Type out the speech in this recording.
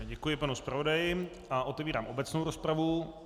Já děkuji panu zpravodaji a otevírám obecnou rozpravu.